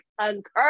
concur